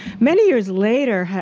many years later,